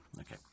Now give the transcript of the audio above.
okay